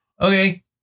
okay